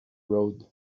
road